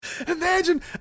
Imagine